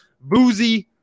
boozy